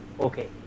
Okay